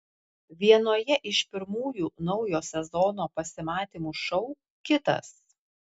vienoje iš pirmųjų naujo sezono pasimatymų šou kitas